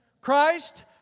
Christ